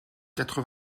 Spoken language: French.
quatre